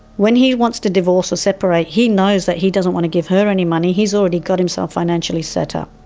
when he wants to divorce or separate, he knows that he doesn't want to give her any money. he's already got himself financially set up.